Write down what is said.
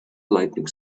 lightening